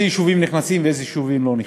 יישובים נכנסים ואיזה יישובים לא נכנסים.